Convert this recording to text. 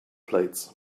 plates